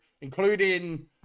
including